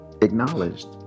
acknowledged